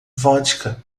vodka